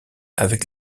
avec